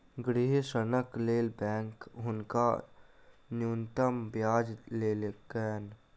गृह ऋणक लेल बैंक हुनका न्यूनतम ब्याज लेलकैन